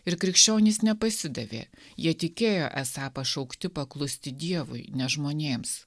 ir krikščionys nepasidavė jie tikėjo esą pašaukti paklusti dievui ne žmonėms